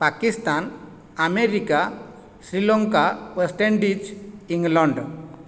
Pakistan America Sri Lanka West Indies England